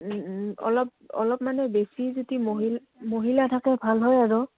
অলপ অলপ মানে বেছি যদি মহিলা মহিলা থাকে ভাল হয় আৰু